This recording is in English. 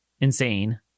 insane